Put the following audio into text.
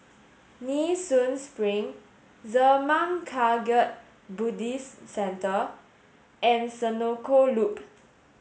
Nee Soon Spring Zurmang Kagyud Buddhist Centre and Senoko Loop